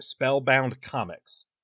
spellboundcomics